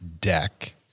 deck